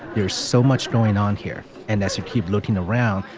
there's so much going on here. and as i keep looking around,